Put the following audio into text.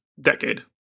decade